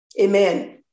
Amen